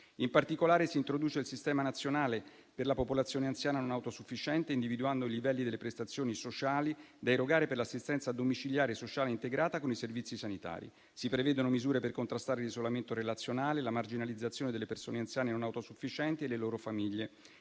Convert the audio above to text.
In particolare, si introduce il Sistema nazionale per la popolazione anziana non autosufficiente, individuando i livelli delle prestazioni sociali da erogare per l'assistenza domiciliare sociale integrata con i servizi sanitari. Si prevedono misure per contrastare l'isolamento relazionale, la marginalizzazione delle persone anziane non autosufficienti e le loro famiglie.